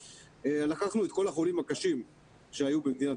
לקחנו את כל החולים הקשים שהיו במדינת